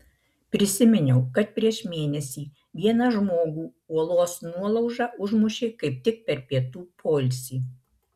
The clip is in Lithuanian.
prisiminiau kad prieš mėnesį vieną žmogų uolos nuolauža užmušė kaip tik per pietų poilsį